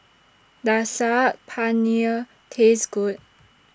Does Saag Paneer Taste Good